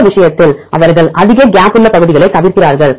இந்த விஷயத்தில் அவர்கள் அதிக கேப் உள்ள பகுதிகளைத் தவிர்க்கிறார்கள்